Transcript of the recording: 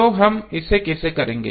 तो हम इसे कैसे करेंगे